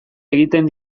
egiten